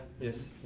Yes